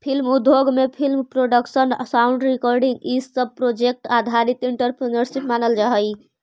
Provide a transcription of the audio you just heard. film उद्योग में film production sound recording इ सब प्रोजेक्ट आधारित एंटरप्रेन्योरशिप मानल जा हई